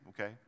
okay